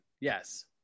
yes